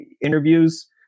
Interviews